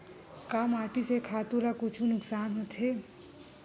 का माटी से खातु ला कुछु नुकसान होथे?